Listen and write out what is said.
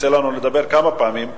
יצא לנו לדבר כמה פעמים,